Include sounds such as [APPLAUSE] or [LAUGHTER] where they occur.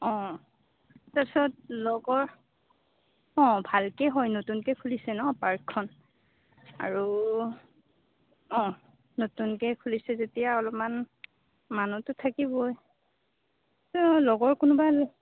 অঁ তাৰ পাছত লগৰ অঁ ভালকেই হয় নতুনকৈ খুলিছে ন পাৰ্কখন আৰু অঁ নতুনকে খুলিছে যেতিয়া অলপমান মানুহটো থাকিবই অঁ লগৰ কোনোবা [UNINTELLIGIBLE]